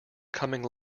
coming